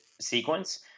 sequence